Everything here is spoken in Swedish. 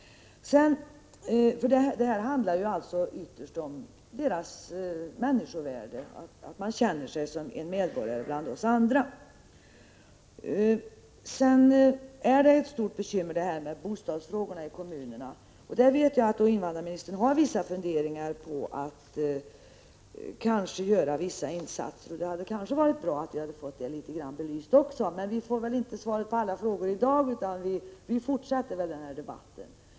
Det handlar ju här ytterst om flyktingarnas människovärde — att de känner sig som medborgare bland oss andra. Bostadsfrågorna i kommunerna är ett stort bekymmer. Jag vet att invandrarministern har funderingar på att göra vissa insatser. Det hade kanske varit bra om vi hade fått det litet belyst. Men vi får väl inte svar på alla frågor i dag, utan vi fortsätter med denna debatt.